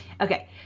Okay